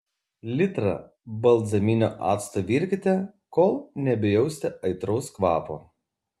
litrą balzaminio acto virkite kol nebejausite aitraus kvapo